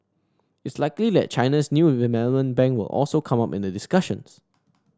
it's likely that China's new bank will also come up in the discussions